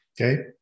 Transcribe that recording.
Okay